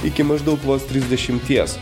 iki maždaug vos trisdešimties